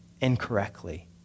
incorrectly